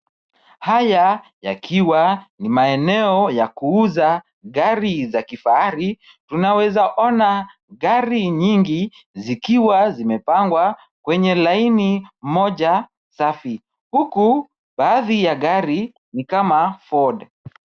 Haya, yakiwa, ni maeneo ya kuuza gari za kifahari, tunaweza ona gari nyingi zikiwa zimepangwa kwenye laini moja safi. Huku baadhi ya gari ni kama Ford .